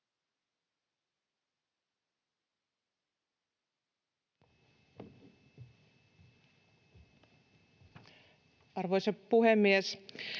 Arvoisa puhemies!